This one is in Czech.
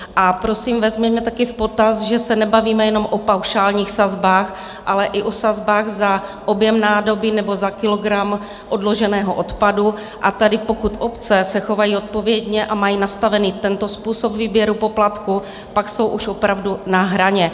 A prosím, vezměme také v potaz, že se nebavíme jenom o paušálních sazbách, ale i o sazbách za objem nádoby nebo za kilogram odloženého odpadu, a tady, pokud obce se chovají odpovědně a mají nastaven tento způsob výběru poplatku, jsou už opravdu na hraně.